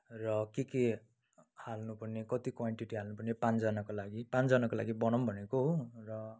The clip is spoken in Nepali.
र के के हाल्नुपर्ने कति क्वान्टिटी हाल्नुपर्ने पाँचजनाको लागि पाँचजनाको लागि बनाउँ भनेको हो र